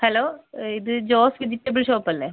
hello ഇത് Jose vegetable ഷോപ്പല്ലേ